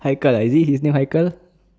haikal ah is it his name haikal